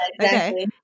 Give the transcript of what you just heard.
okay